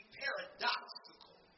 paradoxical